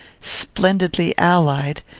splendidly allied,